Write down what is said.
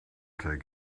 take